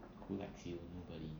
who likes you nobody